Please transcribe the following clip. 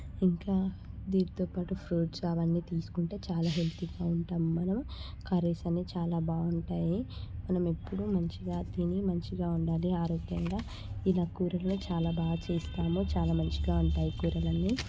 ఇంకా వీటితోపాటు ఫ్రూట్స్ అవన్నీ తీసుకుంటే చాలా హెల్తీగా ఉంటాము మనం కర్రీస్ అన్నీ చాలా బాగుంటాయి మనం ఎప్పుడూ మంచిగా తిని మంచిగా ఉండాలి ఆరోగ్యంగా ఇలా కూరలు చాలా బాగా చేస్తాము చాలా మంచిగా ఉంటాయి కూరలు అన్నీ